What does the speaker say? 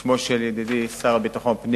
השר משה כחלון, בשם השר לביטחון פנים.